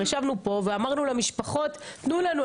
ישבנו פה ואמרנו למשפחות תנו לנו,